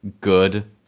good